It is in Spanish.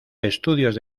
estudios